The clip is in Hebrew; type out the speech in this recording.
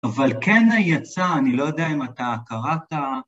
אבל כן היצא, אני לא יודע אם אתה קראת...